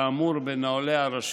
כאמור בנוהלי הרשות,